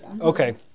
Okay